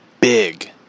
big